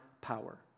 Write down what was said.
power